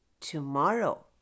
tomorrow